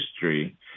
history